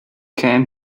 can